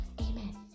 amen